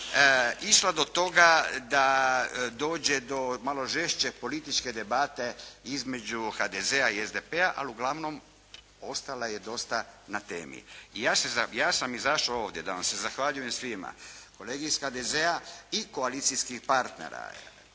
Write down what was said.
išla do toga da dođe do malo žešće političke debate između HDZ-a i SDP-a ali uglavnom ostala je dosta na temi. I ja sam izašao ovdje da vam se zahvaljujem svima kolegi iz HDZ-a i koalicijskih partnera